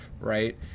right